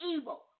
evil